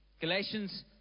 Galatians